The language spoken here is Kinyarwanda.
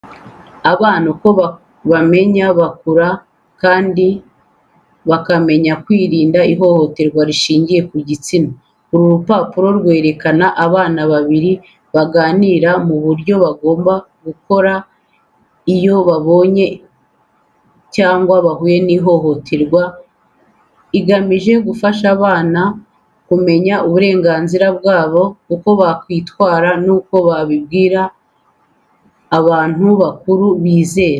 Abana uko bamenya, bakumira, kandi bakamenya kwirinda ihohoterwa rishingiye ku gitsina. Uru rupapuro rwerekana abana babiri baganira ku byo bagomba gukora iyo babonye cyangwa bahuye n’ihohoterwa. Igamije gufasha abana kumenya uburenganzira bwabo, uko bakwitwara, n’uko babibwira abantu bakuru babizera.